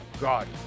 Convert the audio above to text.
God